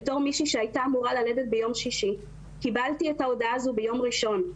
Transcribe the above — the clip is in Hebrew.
כמישהי שהייתה אמורה ללדת ביום שישי קיבלתי את ההודעה ביום ראשון.